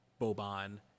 Boban